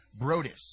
Brodus